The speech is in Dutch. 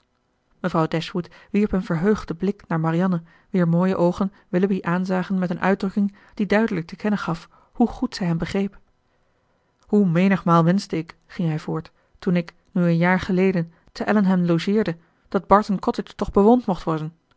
mevrouw dashwood wierp een verheugden blik naar marianne wier mooie oogen willoughby aanzagen met een uitdrukking die duidelijk te kennen gaf hoe goed zij hem begreep hoe menigmaal wenschte ik ging hij voort toen ik nu een jaar geleden te allenham logeerde dat barton cottage toch bewoond mocht worden